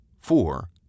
four